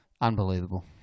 Unbelievable